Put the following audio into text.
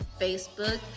Facebook